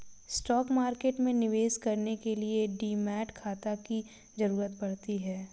stock market में निवेश करने के लिए डीमैट खाता की जरुरत पड़ती है